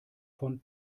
von